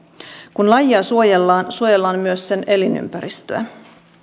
kun lajia suojellaan suojellaan myös sen elinympäristöä